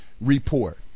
report